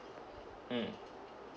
mm